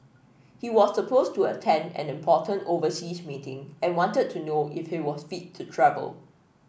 he was supposed to attend an important overseas meeting and wanted to know if he was fit to travel